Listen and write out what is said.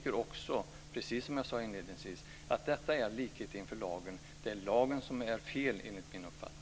Precis som jag sade inledningsvis så tycker jag också att detta är likhet inför lagen. Det är lagen som är fel, enligt min uppfattning.